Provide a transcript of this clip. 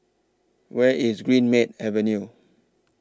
Where IS Greenmead Avenue